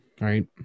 right